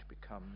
become